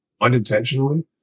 unintentionally